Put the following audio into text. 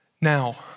Now